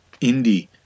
indie